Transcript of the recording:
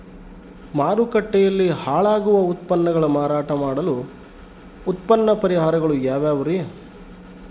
ಮಾರುಕಟ್ಟೆಯಲ್ಲಿ ಹಾಳಾಗುವ ಉತ್ಪನ್ನಗಳನ್ನ ಮಾರಾಟ ಮಾಡಲು ಉತ್ತಮ ಪರಿಹಾರಗಳು ಯಾವ್ಯಾವುರಿ?